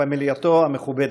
עם פמלייתו המכובדת.